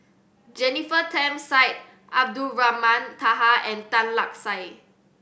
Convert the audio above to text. Jennifer Tham Syed Abdulrahman Taha and Tan Lark Sye